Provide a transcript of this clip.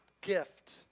gift